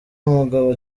umugabo